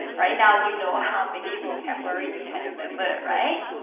right now you know ah how many vocabulary you can remember, right,